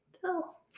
tell